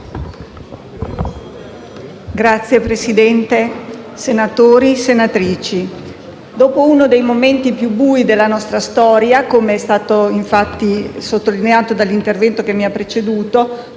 onorevoli senatori e senatrici, dopo uno dei momenti più bui della nostra storia, come è stato sottolineato dall'intervento che mi ha preceduto,